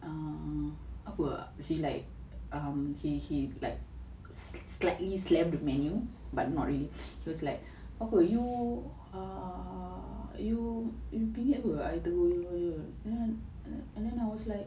um apa like um he he like slightly slammed the menu but not really just like apa you uh you you bingit [pe] I tegur you and then I was like